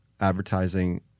advertising